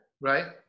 Right